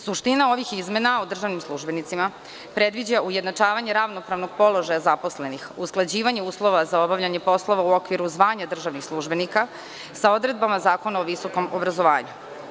Suština ovih izmena o državnim službenicima predviđa ujednačavanje ravnopravnog položaja zaposlenih, usklađivanje uslova za obavljanje poslova u okviru zvanja državnih službenika sa odredbama Zakona o visokom obrazovanju.